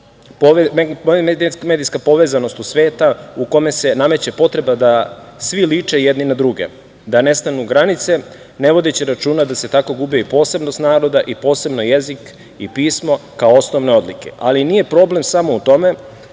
medijska povezanost sveta u kome se nameće potreba da svi liče jedni na druge, da nestanu granice, ne vodeći računa da se tako gubi posebnost naroda i posebno jezik i pismo kao osnovne odlike. Nije problem samo u tome